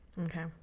Okay